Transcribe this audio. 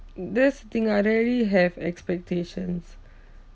that's the thing I rarely have expectations